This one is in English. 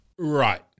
Right